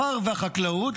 הכפר והחקלאות,